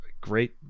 great